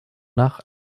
nach